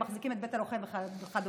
מחזיקים את בית הלוחם וכדומה,